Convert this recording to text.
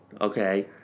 okay